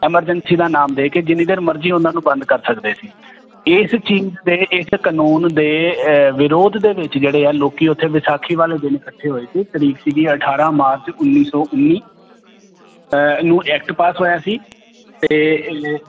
emergency ਦਾ ਨਾਮ ਦੇ ਕੇ ਜਿੰਨੀ ਦੇਰ ਮਰਜ਼ੀ ਉਹਨਾਂ ਨੂੰ ਬੰਦ ਕਰ ਸਕਦੇ ਸੀ ਇਸ ਚੀਜ਼ ਦੇ ਇਸ ਕਾਨੂੰਨ ਦੇ ਵਿਰੋਧ ਦੇ ਵਿੱਚ ਜਿਹੜੇ ਆ ਲੋਕੀ ਉੱਥੇ ਵਿਸਾਖੀ ਵਾਲੇ ਦਿਨ ਇਕੱਠੇ ਹੋਏ ਸੀ ਤਰੀਕ ਸੀਗੀ ਅਠਾਰਾਂ ਮਾਰਚ ਉੱਨੀ ਸੌ ਉੱਨੀ ਨੂੰ ਐਕਟ ਪਾਸ ਹੋਇਆ ਸੀ ਅਤੇ